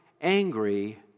angry